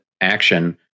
action